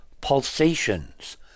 pulsations